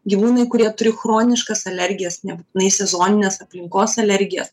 gyvūnai kurie turi chroniškas alergijas nebūtinai sezonines aplinkos alergijas